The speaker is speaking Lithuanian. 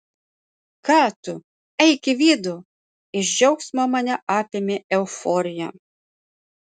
ką tu eik į vidų iš džiaugsmo mane apėmė euforija